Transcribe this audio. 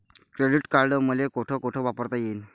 Credit card मले कोठ कोठ वापरता येईन?